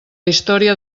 història